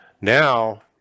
now